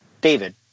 David